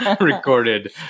recorded